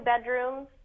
bedrooms